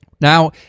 Now